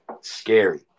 Scary